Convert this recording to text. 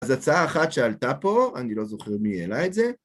אז הצעה אחת שעלתה פה, אני לא זוכר מי העלה את זה.